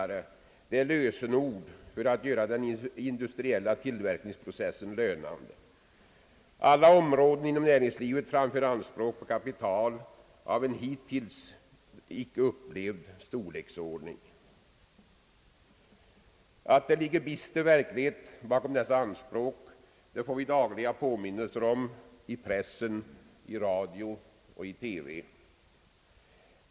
är lösenord för att göra den industriella tillverkningsprocessen lönande. Alla områden inom näringslivet framför anspråk på kapital av en hittills icke upplevd storleksordning. Att det ligger bister verklighet bakom dessa anspråk får vi dagliga påminnelser om i pressen, radion, televisionen m.m.